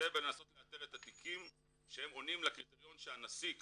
לנסות לאתר את התיקים שהם עונים לקריטריון שהנשיא יקבע,